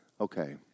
Okay